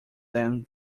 them